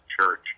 church